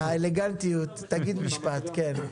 תגיד משפט, כן.